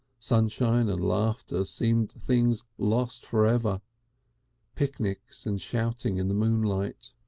sunshine and laughter seemed things lost for ever picnics and shouting in the moonlight.